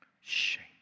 shame